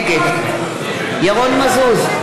נגד ירון מזוז,